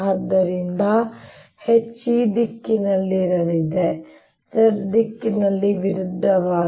ಮತ್ತು ಆದ್ದರಿಂದ H ಈ ದಿಕ್ಕಿನಲ್ಲಿರಲಿದೆ z ದಿಕ್ಕಿನಲ್ಲಿ ವಿರುದ್ಧವಾಗಿ